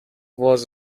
was